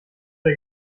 der